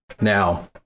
now